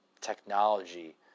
technology